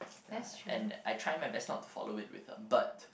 and I try my best not to follow it with them but